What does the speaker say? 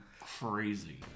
crazy